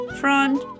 front